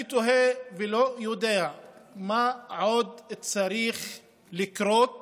אני תוהה ולא יודע מה עוד צריך לקרות